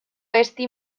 ezti